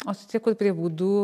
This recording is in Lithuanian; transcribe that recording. o tai tie kur prie būdų